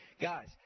Guys